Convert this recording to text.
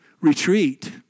retreat